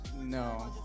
No